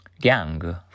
Gang